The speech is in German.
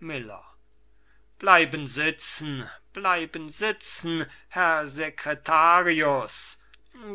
miller bleiben sitzen bleiben sitzen herr secretarius